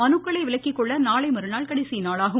மனுக்களை விலக்கிக்கொள்ள நாளைமறுநாள் கடைசிநாளாகும்